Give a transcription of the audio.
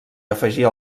afegir